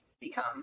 become